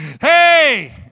hey